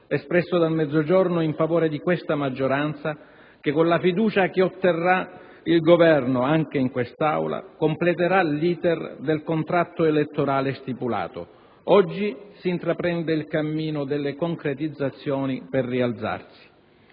espresso dal Mezzogiorno in favore di questa maggioranza, che con la fiducia che otterrà il Governo anche in questa Aula, completerà l*'iter* del contratto elettorale stipulato. Oggi si intraprende il cammino delle concretizzazioni per rialzarsi.